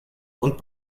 und